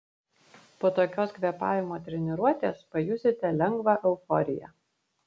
po tokios kvėpavimo treniruotės pajusite lengvą euforiją